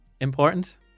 important